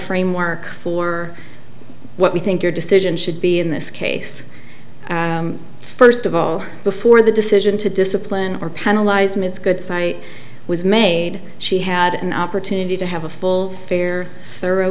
framework for what we think your decision should be in this case first of all before the decision to discipline or penalize ms good so i was made she had an opportunity to have a full fair thorough